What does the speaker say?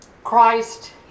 Christ